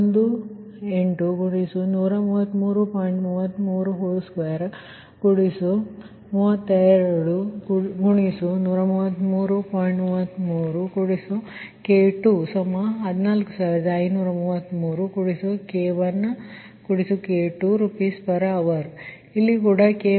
ಇದು ಕೂಡ K1 K2 ಇಲ್ಲಿದೆ